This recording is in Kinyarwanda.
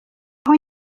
naho